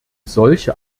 solche